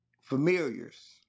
Familiars